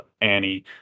Annie